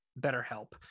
BetterHelp